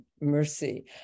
mercy